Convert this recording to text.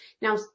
Now